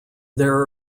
there